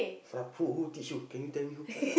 frappe who who teach you can you tell me who